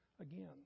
again